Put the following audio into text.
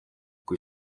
kui